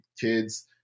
kids